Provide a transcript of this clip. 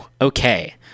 Okay